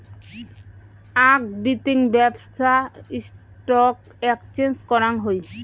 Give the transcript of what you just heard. আক বিতিং ব্যপছা স্টক এক্সচেঞ্জ করাং হই